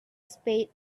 spade